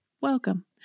Welcome